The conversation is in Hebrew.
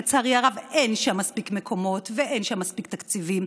שלצערי הרב אין בהם מספיק מקומות ואין שם מספיק תקציבים,